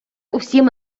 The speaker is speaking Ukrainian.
усім